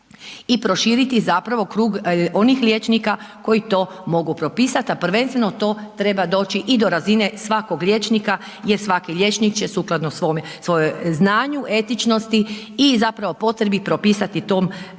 i proširiti zapravo krug onih liječnika koji to mogu propisat, a prvenstveno to treba doći i do razine svakog liječnika jer svaki liječnik će sukladno svom znanju, etičnosti i zapravo potrebi propisati tom pacijentu